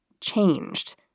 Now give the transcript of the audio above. changed